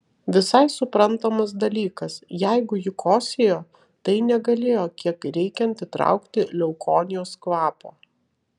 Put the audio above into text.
visai suprantamas dalykas jeigu ji kosėjo tai negalėjo kiek reikiant įtraukti leukonijos kvapo